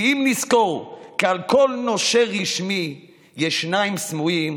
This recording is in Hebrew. ואם נזכור כי על כל נושר רשמי יש שניים סמויים,